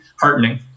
heartening